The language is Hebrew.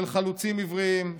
של חלוצים עבריים,